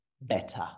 better